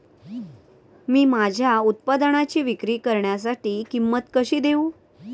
मी माझ्या उत्पादनाची विक्री करण्यासाठी किंमत कशी देऊ?